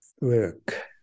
work